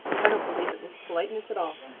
i don't believe it was politeness at all.